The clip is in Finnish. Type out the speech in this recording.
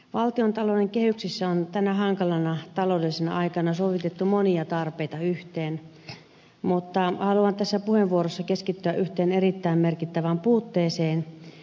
valtiontalouden kehyksissä on tänä hankalana taloudellisena aikana sovitettu monia tarpeita yhteen mutta haluan tässä puheenvuorossa keskittyä yhteen erittäin merkittävään puutteeseen